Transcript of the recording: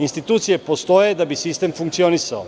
Institucije postoje da bi sistem funkcionisao.